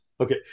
Okay